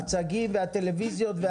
הצגים והטלוויזיות,